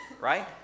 Right